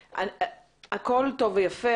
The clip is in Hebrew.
הכול טוב ויפה,